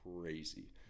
crazy